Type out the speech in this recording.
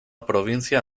provincia